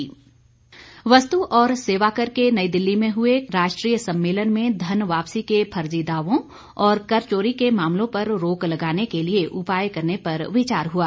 सम्मेलन वस्तु और सेवाकर के नई दिल्ली में हुए राष्ट्रीय सम्मेलन में धन वापसी के फर्जी दावों और कर चोरी के मामलों पर रोक लगाने के लिए उपाय करने पर विचार हुआ